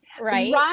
right